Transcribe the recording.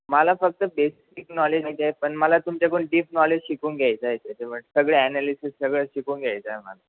मला फक्त basic knowledge माहीत आहे पण मला तुमच्याकडून डीप नॉलेज शिकून घ्यायचं आहे त्याच्या सगळं ॲनालिसिस सगळं शिकून घ्यायचं आहे मला